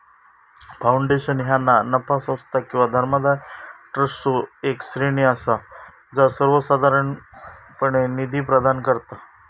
foundation ह्या ना नफा संस्था किंवा धर्मादाय ट्रस्टचो येक श्रेणी असा जा सर्वोसाधारणपणे निधी प्रदान करता